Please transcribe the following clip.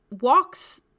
walks